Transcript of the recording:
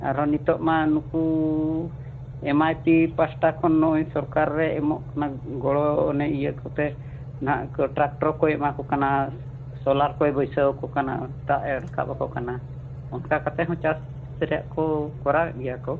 ᱟᱨᱦᱚᱸ ᱱᱤᱛᱳᱜ ᱢᱟ ᱱᱩᱠᱩ ᱮᱢ ᱟᱭ ᱯᱤ ᱯᱟᱦᱴᱟ ᱠᱷᱚᱱ ᱱᱚᱜᱼᱚᱸᱭ ᱥᱚᱨᱠᱟᱨ ᱨᱮ ᱮᱢᱚᱜ ᱠᱟᱱᱟ ᱜᱚᱲᱚ ᱚᱱᱮ ᱤᱭᱟᱹ ᱠᱚᱛᱮ ᱦᱟᱜ ᱴᱨᱟᱠᱴᱚᱨ ᱠᱚᱭ ᱮᱢᱟ ᱠᱚ ᱠᱟᱱᱟ ᱥᱳᱞᱟᱨ ᱠᱚᱭ ᱵᱟᱹᱭᱥᱟᱹᱣ ᱟᱠᱚ ᱠᱟᱱᱟ ᱫᱟᱜ ᱮ ᱨᱟᱠᱟᱵᱽ ᱟᱠᱚ ᱠᱟᱱᱟ ᱚᱱᱠᱟ ᱠᱟᱛᱮᱫ ᱦᱚᱸ ᱪᱟᱥ ᱨᱮᱭᱟᱜ ᱠᱚ ᱠᱚᱨᱟᱣᱮᱫ ᱜᱮᱭᱟ ᱠᱚ